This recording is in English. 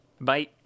Bye